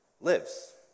lives